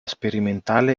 sperimentale